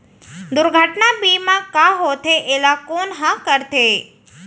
दुर्घटना बीमा का होथे, एला कोन ह करथे?